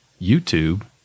YouTube